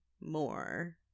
more